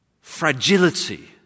fragility